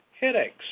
headaches